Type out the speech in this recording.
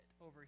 over